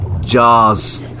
jars